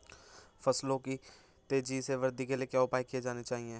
फसलों की तेज़ी से वृद्धि के लिए क्या उपाय किए जाने चाहिए?